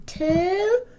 Two